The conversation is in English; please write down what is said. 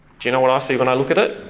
do you know what i see when i look at it?